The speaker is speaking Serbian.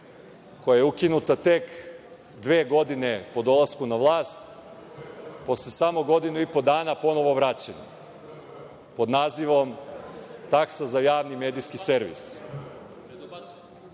koja je ukinuta tek dve godine po dolasku na vlast, posle samo godinu i po dana ponovo vraćena, pod nazivom – taksa za Javni medijski servis. Ta